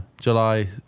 July